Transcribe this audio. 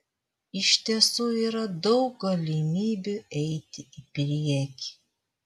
iš tiesų yra daug galimybių eiti į priekį